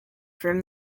from